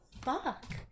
fuck